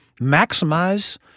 maximize